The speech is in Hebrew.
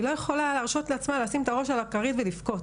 היא לא יכולה להרשות לעצמה לשים את הראש על הכרית ולבכות,